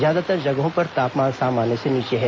ज्यादातर जगहों पर तापमान सामान्य से नीचे है